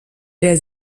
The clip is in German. der